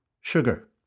sugar